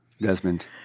Desmond